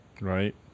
Right